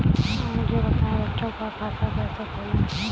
मुझे बताएँ बच्चों का खाता कैसे खोलें?